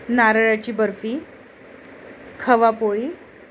नारळाची बर्फी खवापोळी